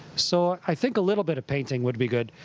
so i think a little bit of painting would be good,